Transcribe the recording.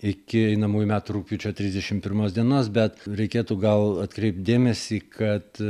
iki einamųjų metų rugpjūčio trisdešim pirmos dienos bet reikėtų gal atkreipt dėmesį kad